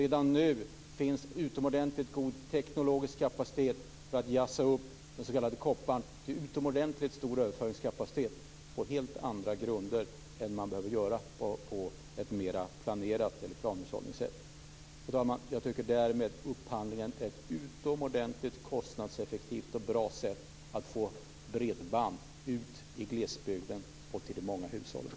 Redan nu finns det utomordentligt god teknisk kapacitet för att jazza upp den s.k. kopparn till utomordentligt stor överföringskapacitet. Detta har skett på helt andra grunder än vad som behövs när det gäller planhushållningen. Fru talman! Jag tycker att upphandlingen är ett utomordentligt kostnadseffektivt och bra sätt att får bredband ut i glesbygden till de många hushållen.